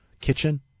kitchen